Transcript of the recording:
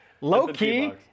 Low-key